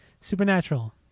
Supernatural